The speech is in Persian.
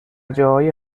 جاهای